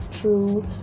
true